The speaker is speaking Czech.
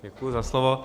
Děkuji za slovo.